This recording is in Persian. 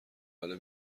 حالا